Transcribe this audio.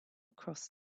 across